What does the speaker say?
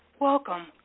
Welcome